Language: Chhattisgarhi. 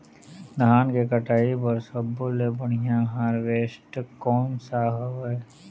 धान के कटाई बर सब्बो ले बढ़िया हारवेस्ट कोन सा हवए?